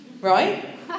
right